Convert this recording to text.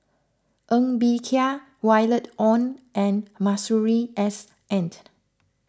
Ng Bee Kia Violet Oon and Masuri S end